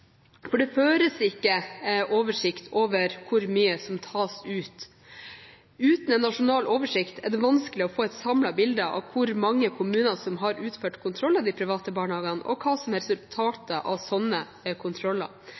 Det føres ikke oversikt over hvor mye som tas ut. Uten en nasjonal oversikt er det vanskelig å få et samlet bilde av hvor mange kommuner som har utført kontroll av de private barnehagene, og hva som er resultatet av sånne kontroller.